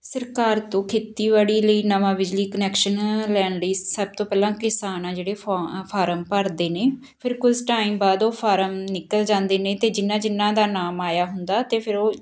ਸਰਕਾਰ ਤੋਂ ਖੇਤੀਬਾੜੀ ਲਈ ਨਵਾਂ ਬਿਜਲੀ ਕਨੈਕਸ਼ਨ ਲੈਣ ਲਈ ਸਭ ਤੋਂ ਪਹਿਲਾਂ ਕਿਸਾਨ ਹੈ ਜਿਹੜੇ ਫਾ ਫਾਰਮ ਭਰਦੇ ਨੇ ਫਿਰ ਕੁਛ ਟਾਈਮ ਬਾਅਦ ਉਹ ਫਾਰਮ ਨਿਕਲ ਜਾਂਦੇ ਨੇ ਅਤੇ ਜਿਹਨਾਂ ਜਿਹਨਾਂ ਦਾ ਨਾਮ ਆਇਆ ਹੁੰਦਾ ਅਤੇ ਫਿਰ ਉਹ